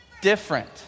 different